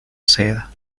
seda